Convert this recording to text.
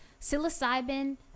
psilocybin